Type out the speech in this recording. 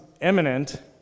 imminent